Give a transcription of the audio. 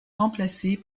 remplacer